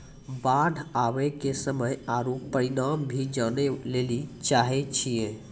बाढ़ आवे के समय आरु परिमाण भी जाने लेली चाहेय छैय?